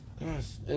Yes